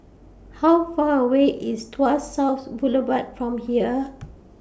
How Far away IS Tuas South Boulevard from here